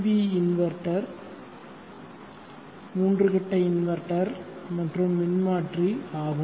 we inverter மூன்று கட்ட inverter மற்றும் மின்மாற்றி ஆகும்